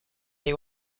they